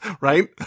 right